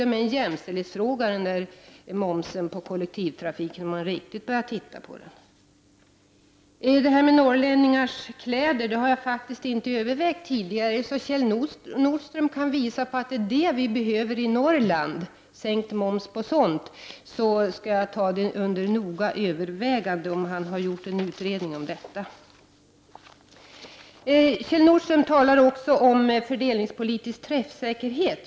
Om man närmare studerar frågan om momsen på kollektivtrafiken, kommer man kanske rent av fram till att det här är en jämställdhetsfråga. När det gäller norrlänningarnas behov av kläder måste jag säga att jag inte har övervägt den frågan. Men om Kjell Nordström noga har utrett detta med norrlänningarnas behov av sänkt moms på kläder, lovar jag att jag noga skall överväga den frågan. Kjell Nordström talar också om fördelningspolitisk träffsäkerhet.